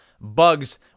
bugs